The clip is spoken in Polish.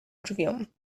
drzwiom